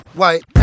white